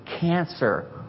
cancer